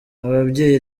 ababyeyi